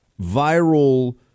viral